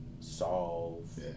solve